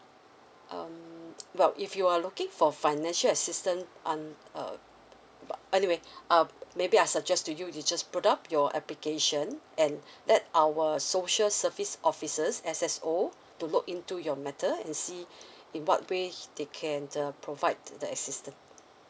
um but if you are looking for financial assistance on uh anyway um maybe I suggest to you you just put up your application and that our social service officers S_S_O to look into your matter and see in what way they can uh provide the assistance